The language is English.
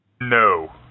No